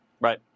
Right